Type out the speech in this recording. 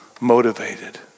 motivated